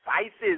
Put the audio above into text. spices